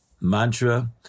mantra